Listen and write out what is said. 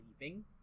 leaving